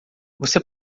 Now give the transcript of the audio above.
você